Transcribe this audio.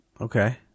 okay